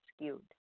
skewed